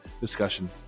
discussion